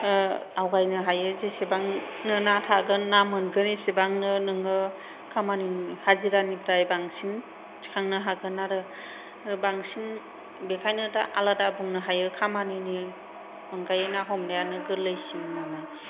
आवगायनो हायो जेसेबांनो ना थागोन ना मोनगोन एसेबांनो नोङो खामानि हाजिरानिफ्राय बांसिन थिखांनो हागोन आरो बांसिन बेनिखायनो दा आलादा बुंनो हायो खामानिनि अनगायै ना हमनायानो गोरलैसिन होन्नानै